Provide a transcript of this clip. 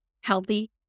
healthy